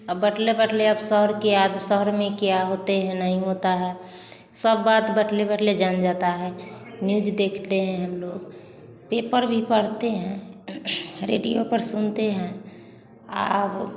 अब शहर के शहर में क्या होते हैं या नहीं होता है सब बात जान जाता है न्यूज देखते हैं हम लोग पेपर भी पढ़ते हैं रेडियो पर सुनते हैं और